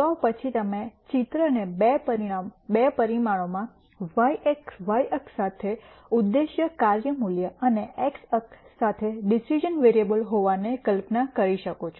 તો પછી તમે ચિત્રને બે પરિમાણોમાં વાય અક્ષ સાથે ઉદ્દેશ્ય કાર્ય મૂલ્ય અને x અક્ષ સાથે ડિસિઝન વેરીએબલ હોવાને કલ્પના કરી શકો છો